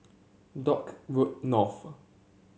Dock Road North